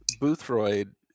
boothroyd